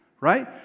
right